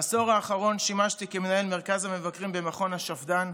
בעשור האחרון שימשתי כמנהל מרכז המבקרים במכון השפד"ן,